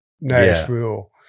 Nashville